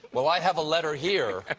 well i have a letter here,